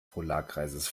polarkreises